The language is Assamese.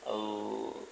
আৰু